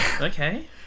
Okay